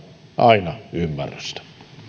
aina ymmärrystä